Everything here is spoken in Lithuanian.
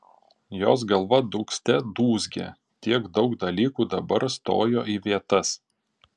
jos galva dūgzte dūzgė tiek daug dalykų dabar stojo į vietas